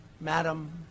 Madam